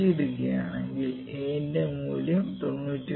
5 ഇടുകയാണെങ്കിൽ a ന്റെ മൂല്യം 99